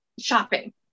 Shopping